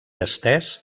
estès